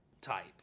type